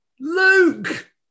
Luke